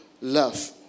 love